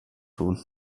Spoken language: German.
tun